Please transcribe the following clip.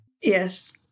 Yes